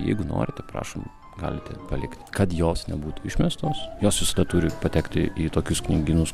jeigu norite prašom galite palikti kad jos nebūtų išmestos jos visada turi patekti į tokius knygynus